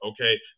Okay